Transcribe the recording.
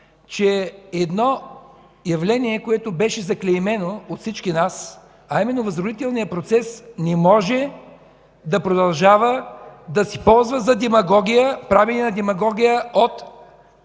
че едно явление, което беше заклеймено от всички нас, а именно възродителният процес, не може да продължава да се ползва за правене на демагогия от